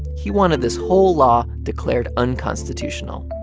he wanted this whole law declared unconstitutional.